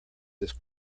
this